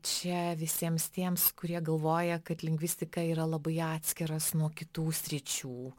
tai čia visiems tiems kurie galvoja kad lingvistika yra labai atskiras nuo kitų sričių